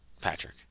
Patrick